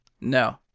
No